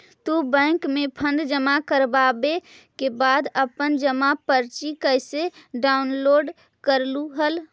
तू बैंक में फंड जमा करवावे के बाद अपन जमा पर्ची कैसे डाउनलोड करलू हल